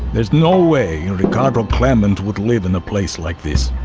there's no way ricardo klement would live in a place like this.